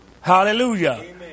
Hallelujah